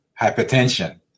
hypertension